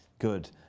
good